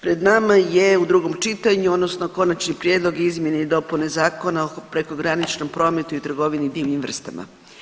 Pred nama je u drugom čitanju, odnosno Konačni prijedlog izmjene i dopune Zakona o prekograničnom prometu i trgovini divljim vrstama.